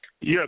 Yes